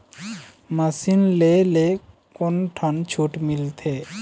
Machine ले ले कोन ठन छूट मिलथे?